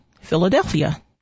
Philadelphia